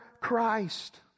Christ